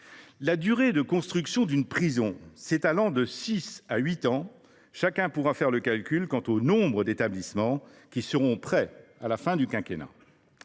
La durée de construction d’une prison s’étalant de six à huit ans, chacun pourra faire le calcul quant au nombre d’établissements qui seront prêts à la fin du quinquennat.